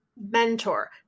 mentor